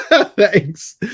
Thanks